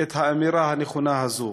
את האמירה הנכונה הזו.